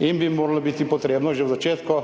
in bi moralo biti potrebno že v začetku